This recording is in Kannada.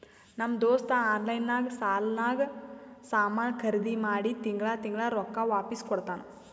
ನಮ್ ದೋಸ್ತ ಆನ್ಲೈನ್ ನಾಗ್ ಸಾಲಾನಾಗ್ ಸಾಮಾನ್ ಖರ್ದಿ ಮಾಡಿ ತಿಂಗಳಾ ತಿಂಗಳಾ ರೊಕ್ಕಾ ವಾಪಿಸ್ ಕೊಡ್ತಾನ್